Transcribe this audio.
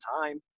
time